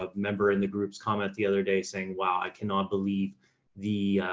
ah member in the group's comment the other day saying, wow, i cannot believe the,